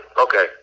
Okay